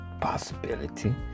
Possibility